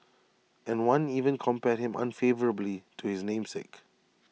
and one even compared him unfavourably to his namesake